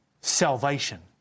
Salvation